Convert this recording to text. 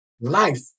Life